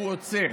הוא עוצר.